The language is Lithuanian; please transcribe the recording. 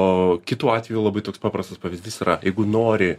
o kitu atveju labai toks paprastas pavyzdys yra jeigu nori